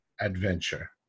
adventure